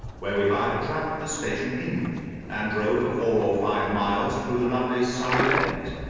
where we hired a trap at the station inn and drove for four or five miles through the lovely surrey lanes.